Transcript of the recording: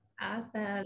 Awesome